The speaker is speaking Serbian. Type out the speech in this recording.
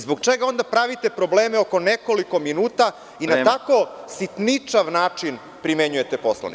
Zbog čega onda pravite probleme oko nekoliko minuta i na tako sitničav način primenjujte Poslovnik?